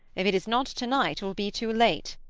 if it is not to-night it will be too late.